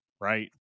right